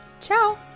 Ciao